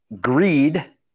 greed